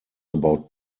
about